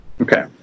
Okay